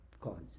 cause